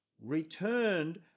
returned